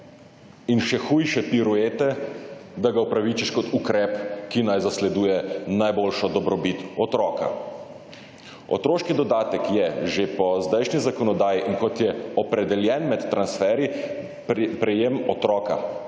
in še hujše piruete, da ga upravičiš kot ukrep, ki naj zasleduje najboljšo dobrobit otroka. Otroški dodatek je že po zdajšnji zakonodaji in kot je opredeljen med transferjev pri prejemu otroka,